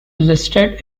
listed